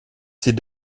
ses